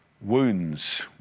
wounds